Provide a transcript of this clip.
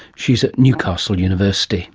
she is at newcastle university